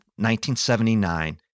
1979